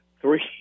three